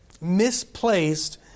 Misplaced